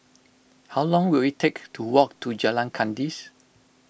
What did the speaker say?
how long will it take to walk to Jalan Kandis